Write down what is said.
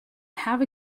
have